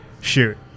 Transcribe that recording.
shoot